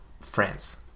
France